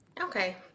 Okay